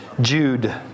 Jude